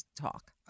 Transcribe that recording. talk